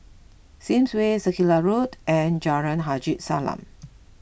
Sims Way Circular Road and Jalan Haji Salam